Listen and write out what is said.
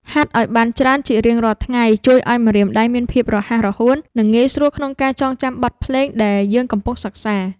ហាត់ឱ្យបានច្រើនជារៀងរាល់ថ្ងៃជួយឱ្យម្រាមដៃមានភាពរហ័សរហួន និងងាយស្រួលក្នុងការចងចាំបទភ្លេងដែលយើងកំពុងសិក្សា។